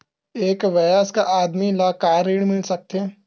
एक वयस्क आदमी ल का ऋण मिल सकथे?